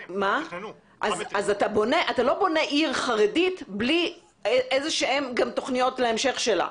אז אתה לא בונה עיר חרדית בלי איזה שהן גם תוכניות להמשך שלה.